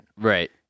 right